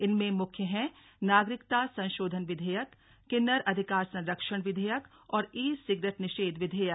इनमें मुख्य हैं नागरिकता संशोधन विधेयक किन्नर अधिकार संरक्षण विधेयक और ई सिगरेट निषेघ विधेयक